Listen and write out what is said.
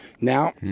now